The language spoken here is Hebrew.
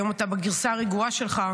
היום אתה בגרסה הרגועה שלך,